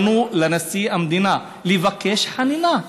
פנו לנשיא המדינה לבקש חנינה.